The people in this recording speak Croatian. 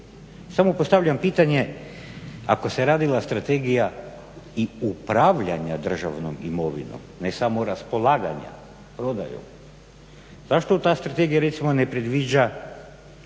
Samo postavljam pitanje ako se radila strategija i upravljanja državnom imovinom, ne samo raspolaganja, prodajom, zašto ta strategija recimo ne predviđa